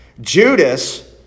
Judas